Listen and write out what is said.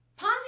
Ponzi